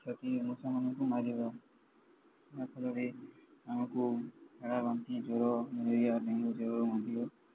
ଯଦି ମଶା ମାନଙ୍କୁ ମାରିବା ଯାହାଫଳରେ ଆମକୁ ଝାଡ଼ା ବାନ୍ତି ଜ୍ଵର ମେଲେରିଆ ଡେଙ୍ଗୁ ଜ୍ଵରରୁ ମଧ୍ୟ